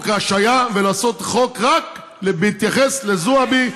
ההשעיה ולעשות חוק רק בהתייחס לזועבי,